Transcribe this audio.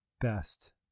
best